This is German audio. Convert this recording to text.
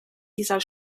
dieser